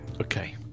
Okay